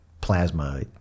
plasma